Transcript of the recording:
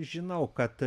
žinau kad